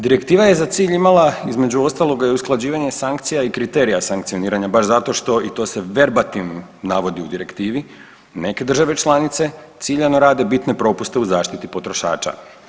Direktiva je za cilj imala, između ostaloga i usklađivanje sankcija i kriterija sankcioniranja, baš što i to se verbativnim navodi u Direktivi, neke države članice ciljano rade bitne propuste u zaštiti potrošača.